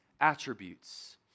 attributes